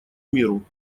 миру